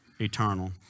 eternal